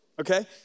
Okay